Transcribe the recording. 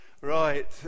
Right